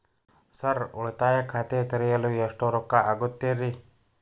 Sir ಉಳಿತಾಯ ಖಾತೆ ತೆರೆಯಲು ಎಷ್ಟು ರೊಕ್ಕಾ ಆಗುತ್ತೇರಿ?